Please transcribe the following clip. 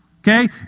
Okay